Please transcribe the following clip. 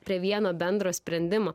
prie vieno bendro sprendimo